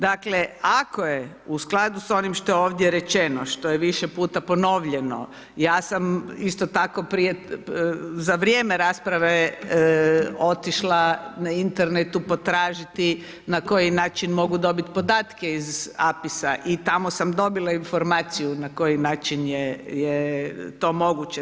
Dakle, ako je u skladu sa onim što je ovdje rečeno, što je više puta ponovljeno, ja sam isto tako, prije, za vrijeme rasprave otišla na internetu potražiti na koji način mogu dobiti podatke iz APIS-a i tamo sam dobila informacije na koji način je to moguće.